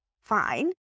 fine